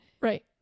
Right